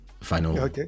final